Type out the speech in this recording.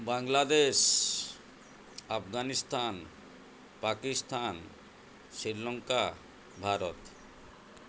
Bangladesh Afghanistan Pakistan Sri Lanka Bharat